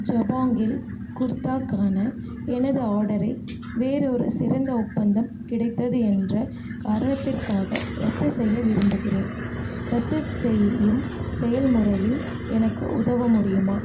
ஜபோங்கில் குர்தாக்கான எனது ஆர்டரை வேறொரு சிறந்த ஒப்பந்தம் கிடைத்தது என்ற காரணத்திற்க்காக ரத்து செய்ய விரும்புகிறேன் ரத்து செய்யும் செயல்முறையில் எனக்கு உதவ முடியுமா